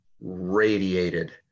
radiated